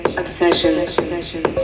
obsession